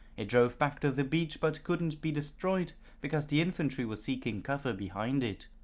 it drove back to the beach, but couldn't be destroyed because the infantry was seeking cover behind it.